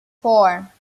four